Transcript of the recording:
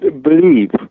believe